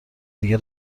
دیگه